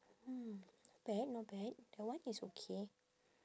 hmm not bad not bad that one is okay